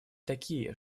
такие